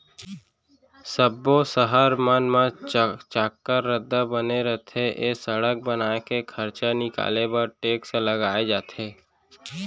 सब्बो सहर मन म चाक्कर रद्दा बने रथे ए सड़क बनाए के खरचा निकाले बर टेक्स लगाए जाथे